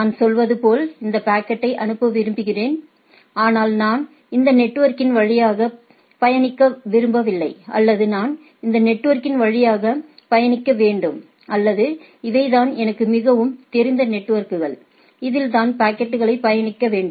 நான் சொல்வது போல் இந்த பாக்கெட்டை அனுப்ப விரும்புகிறேன் ஆனால் நான் இந்த நெட்வொர்க்கின் வழியாக பயணிக்க விரும்பவில்லை அல்லது நான் இந்த நெட்வொர்க்கின் வழியாக பயணிக்க வேண்டும் அல்லது இவை தான் எனக்கு மிகவும் தெரிந்த நெட்வொர்க்குகள் இதில்தான் பாக்கெட்டுகள் பயணிக்க வேண்டும்